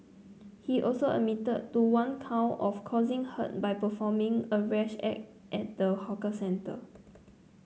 he also admitted to one count of causing hurt by performing a rash act at the hawker centre